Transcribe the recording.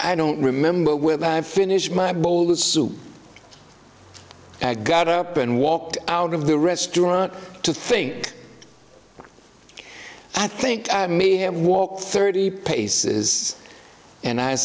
i don't remember with that i finished my bowl of soup and got up and walked out of the restaurant to think i think i may have walked thirty paces and i